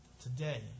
today